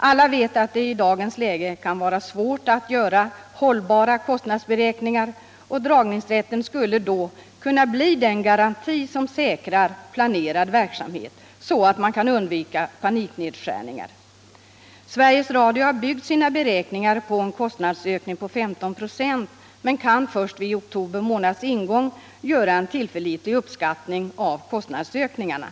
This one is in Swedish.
Alla vet att det i dagens läge kan vara svårt att göra hållbara kostnadsberäkningar, och dragningsrätten skulle då kunna bli den garanti som säkrar planerad verksamhet så att man kan undvika paniknedskärningar. Sveriges Radio har byggt sina beräkningar på en kostnadsökning med 15 96 men kan först vid oktober månads ingång göra en tillförlitlig uppskattning av kostnadsökningarna.